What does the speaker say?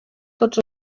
tots